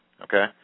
okay